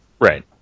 Right